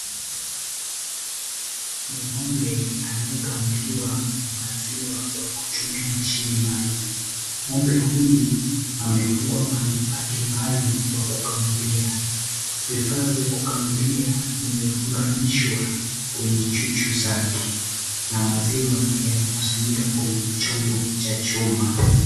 Ni ng'ombe anayekamuliwa maziwa kwa kutumia mashini maalum. Ng'ombe huyu amefungwa mahali pake maalum pa kukamulia. Vifaa vya kukamulia vimefunganishwa kwenye chuchu zake na maziwa yanakusanyika kwenye chombo cha chuma.